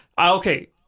Okay